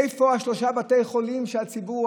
איפה שלושה בתי החולים שהציבור,